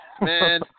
Man